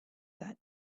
that